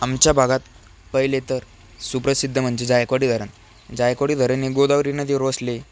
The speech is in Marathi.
आमच्या भागात पहिले तर सुप्रसिद्ध म्हणजे जायकवाडी धरण जायकवाडी धरण हे गोदावरी नदीवर वसले